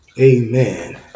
Amen